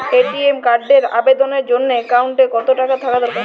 ATM কার্ডের আবেদনের জন্য অ্যাকাউন্টে কতো টাকা থাকা দরকার?